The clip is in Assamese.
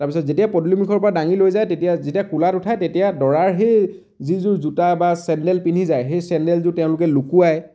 তাৰ পিছত যেতিয়া পদূলিমূখৰ পৰা দাঙি লৈ যায় তেতিয়া যেতিয়া কোলাত উঠায় তেতিয়া দৰাৰ সেই যিযোৰ জোতা বা চেন্দেল পিন্ধি যায় সেই চেন্দেলযোৰ তেওঁলোকে লুকুৱাই